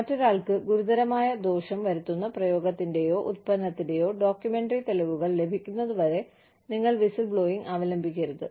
മറ്റൊരാൾക്ക് ഗുരുതരമായ ദോഷം വരുത്തുന്ന പ്രയോഗത്തിന്റെയോ ഉൽപ്പന്നത്തിന്റെയോ ഡോക്യുമെന്ററി തെളിവുകൾ ലഭിക്കുന്നതുവരെ നിങ്ങൾ വിസിൽബ്ലോയിംഗ് അവലംബിക്കരുത്